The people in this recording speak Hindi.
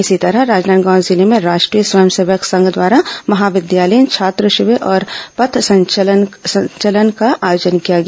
इसी तरह राजनांदगांव जिले में राष्ट्रीय स्वयं सेवक संघ द्वारा महाविद्यालयीन छात्र शिविर और पथ संचलन का आयोजन किया गया